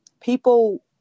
people